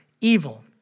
evil